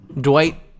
Dwight